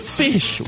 fish